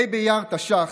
ה' באייר תש"ח